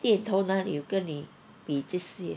一头哪里有跟你比这些